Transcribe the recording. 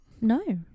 No